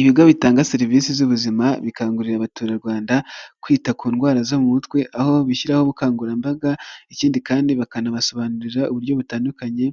Ibigo bitanga serivisi z'ubuzima bikangurira abaturarwanda kwita ku ndwara zo mu mutwe aho bishyiraho ubukangurambaga, ikindi kandi bakanabasobanurira uburyo butandukanye